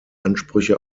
ansprüche